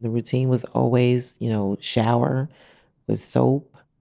the routine was always, you know, shower with soap,